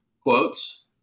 quotes